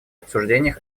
обсуждениях